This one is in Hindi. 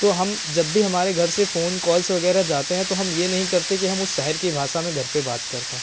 तो हम जब भी हमारे घर से फ़ोन कॉल्स वगैरह जाते हैं तो हम यह नहीं करते कि हम उस शहर की भाषा में घर पर बात करते हैं